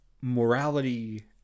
morality